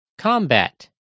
Combat